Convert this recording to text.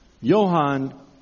Johann